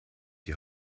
die